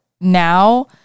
now